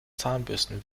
zahnbürsten